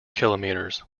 kilometres